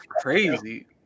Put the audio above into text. crazy